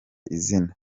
izina